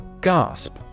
Gasp